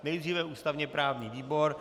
Nejdříve ústavněprávní výbor.